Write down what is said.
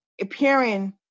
appearing